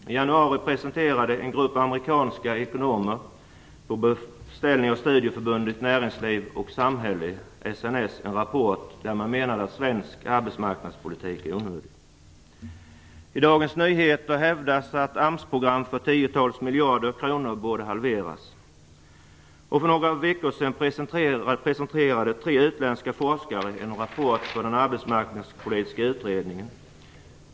I januari presenterade en grupp amerikanska ekonomer, på beställning av Studieförbundet Näringsliv och Samhälle - SNS, en rapport där men menade att den svenska arbetsmarknadspolitiken är onödig. I Dagens Nyheter har det hävdats att AMS program för tiotals miljarder kronor borde halveras. För några veckor sedan presenterade tre utländska forskare en rapport för den arbetsmarknadspolitiska utredningen.